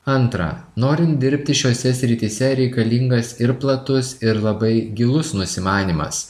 antra norint dirbti šiose srityse reikalingas ir platus ir labai gilus nusimanymas